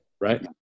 Right